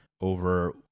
over